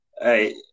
Hey